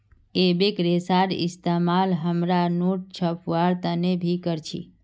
एबेक रेशार इस्तेमाल हमरा नोट छपवार तने भी कर छी